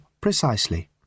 precisely